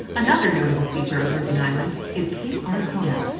another notable feature of rugen island is cape arkona,